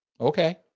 Okay